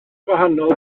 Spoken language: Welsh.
gwahanol